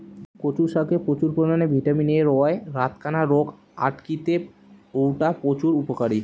কচু শাকে প্রচুর পরিমাণে ভিটামিন এ রয়ায় রাতকানা রোগ আটকিতে অউটা প্রচুর উপকারী